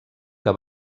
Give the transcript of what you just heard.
que